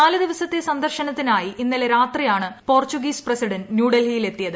നാലു ദിവസത്തെ സന്ദർശനത്തിനായി ഇന്നലെ രാത്രിയാണ് പോർച്ചുഗീസ് പ്രസിഡന്റ് ന്യൂഡൽഹിയിലെത്തിയത്